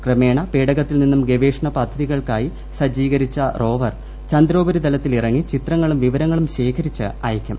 ക്രമേണ പേടകത്തിൽ നിന്നും ഗവേഷണ പദ്ധതി കൾക്കായി സജ്ജീകരിച്ച റോവർ ചന്ദ്രോപരിതലത്തിൽ ഇറങ്ങി ചിത്രങ്ങളും വിവരങ്ങളും ശേഖരിച്ച് അയയ്ക്കും